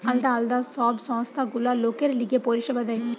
আলদা আলদা সব সংস্থা গুলা লোকের লিগে পরিষেবা দেয়